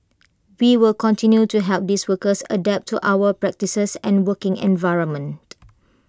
we will continue to help these workers adapt to our practices and working environment